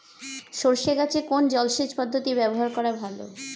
সরষে গাছে কোন জলসেচ পদ্ধতি ব্যবহার করা ভালো?